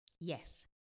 Yes